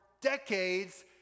decades